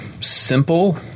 simple